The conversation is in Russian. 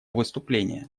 выступление